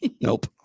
Nope